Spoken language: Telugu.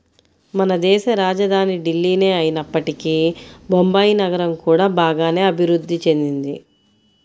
మనదేశ రాజధాని ఢిల్లీనే అయినప్పటికీ బొంబాయి నగరం కూడా బాగానే అభిరుద్ధి చెందింది